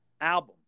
album